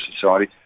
society